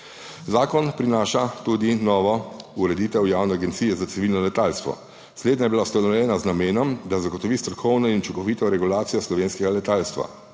Zakon prinaša tudi novo ureditev Javne agencije za civilno letalstvo. Slednja je bila ustanovljena z namenom, da zagotovi strokovno in učinkovito regulacijo slovenskega letalstva.